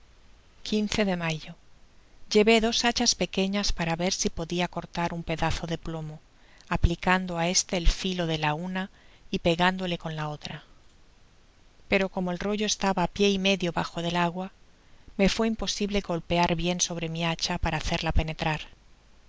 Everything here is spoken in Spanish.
quince de mayo llevé dos hachas pequeñas para ver si podria cortar un pedazo de plomo aplicando á este el filo de la una y pegándole con la otra pero como el rollo estaba pié y medio bajo del agua me fué imposible golpear bien sobre mi hacha para hacerla penetrar